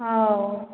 ହଉ